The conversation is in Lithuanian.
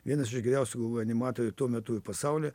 vienas iš geriausių animatorių tuo metu pasaulyje